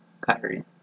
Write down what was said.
Kyrie